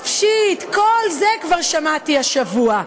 החופשית?" את כל זה כבר שמעתי השבוע.